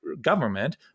government